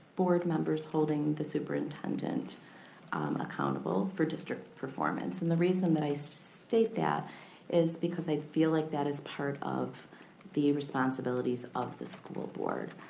board members holding the superintendent accountable for district performance. and the reason that i so state that is because i feel like that is part of the responsibilities of the school board.